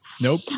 Nope